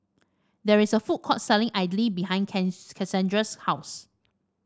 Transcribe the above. there is a food court selling idly behind Kassandra's house